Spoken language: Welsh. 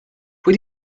pwy